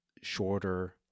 shorter